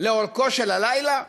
לאורכו של הלילה,